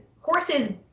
horses